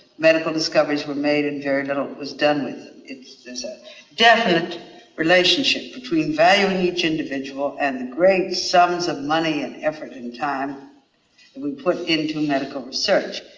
medical discoveries were made and very little was done with them. there's a definite relationship between valuing each individual and great sums of money and effort and time that we put into medical research.